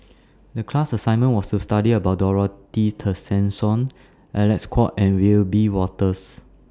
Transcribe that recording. The class assignment was to study about Dorothy Tessensohn Alec Kuok and Wiebe Wolters